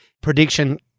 prediction